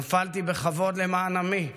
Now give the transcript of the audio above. נפלתי בכבוד למען עמי,